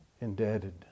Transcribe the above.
indebted